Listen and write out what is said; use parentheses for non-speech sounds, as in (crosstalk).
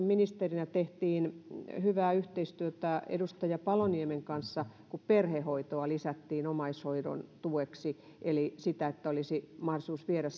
(unintelligible) ministerinä tehtiin hyvää yhteistyötä edustaja paloniemen kanssa kun perhehoitoa lisättiin omaishoidon tueksi eli sitä että olisi mahdollisuus viedä (unintelligible)